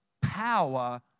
power